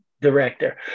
director